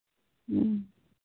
ᱦᱮᱸ